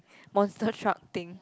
monster truck thing